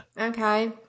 Okay